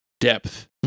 depth